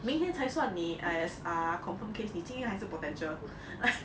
明天才算你 as err ah confirm case 你今天还是 potential